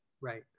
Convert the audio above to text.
Right